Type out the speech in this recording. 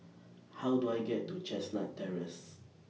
How Do I get to Chestnut Terrace